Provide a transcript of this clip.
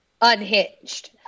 unhinged